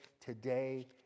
today